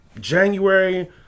January